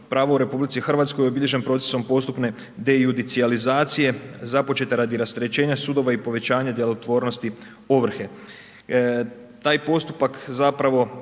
pravo u RH obilježen procesom postupne dejudilizacije započeta radi rasterećenja sudova i povećanja djelotvornosti ovrhe. Taj postupak zapravo